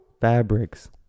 fabrics